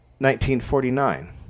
1949